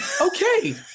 okay